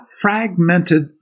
fragmented